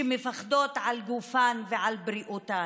שמפחדות על גופן ועל בריאותן,